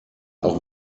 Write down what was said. auch